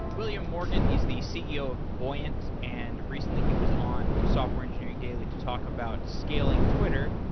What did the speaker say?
william morgan is the ceo of buoyant and, recently, he was on software engineering daily to talk about scaling twitter,